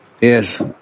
Yes